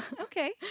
Okay